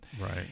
Right